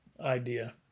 idea